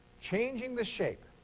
changing the shape.